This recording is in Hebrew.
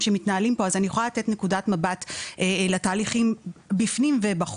שמתנהלים פה אז אני יכולה לתת נקודת מבט לתהליכים בפנים ובחוץ.